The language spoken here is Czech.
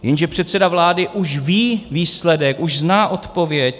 Jenže předseda vlády už ví výsledek, už zná odpověď.